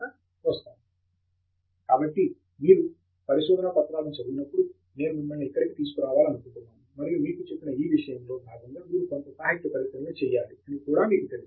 professor Pratap Haridas కాబట్టి మీరు పరిశోధనా పత్రాలను చదివినప్పుడు నేను మిమ్మల్ని ఇక్కడకు తీసుకోవాలనుకుంటున్నాను మరియు మీకు చెప్పిన ఈ విషయం లో భాగంగా మీరు కొంత సాహిత్య పరిశీలన చేయాలి అని కూడా మీకు తెలుసు